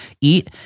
eat